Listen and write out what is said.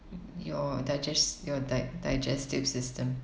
your digest your di~ digestive system